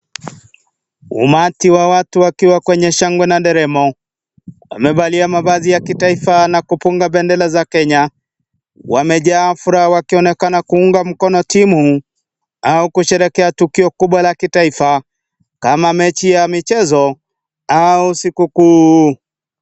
Umati wa watu wakiwa kwenye shangwe na nderemo wamevalia mavazi ya kitaifa na kupunga bendera za Kenya, wamejaa furaha wakionekana kuunga mkono timu au kusherekea tukio kubwa la kitaifa kama mechi ya michezo au sikukuu.